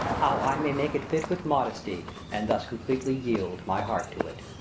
how i may make it fit with modesty, and thus completely yield my heart to it.